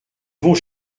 vont